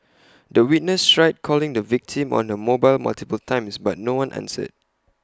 the witness tried calling the victim on her mobile multiple times but no one answered